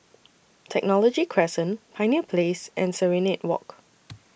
Technology Crescent Pioneer Place and Serenade Walk